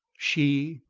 she,